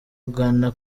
ghana